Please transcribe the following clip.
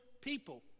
people